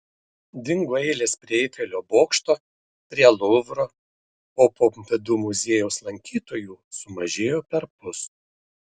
dingo eilės prie eifelio bokšto prie luvro o pompidu muziejaus lankytojų sumažėjo perpus